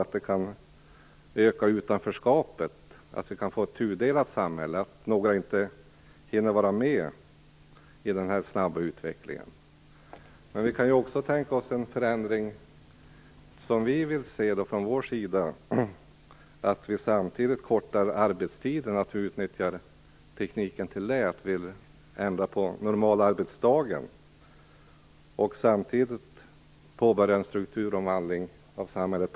Det kan alltså öka utanförskapet, så att vi får ett tudelat samhälle där några inte hinner med i den snabba utvecklingen. Men man kan också tänka sig den förändring som vi från vår sida vill se, nämligen att arbetstiden samtidigt kortas och att vi utnyttjar tekniken där. Vi ändrar alltså på normalarbetsdagen och påbörjar samtidigt en strukturomvandling av samhället.